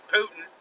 Putin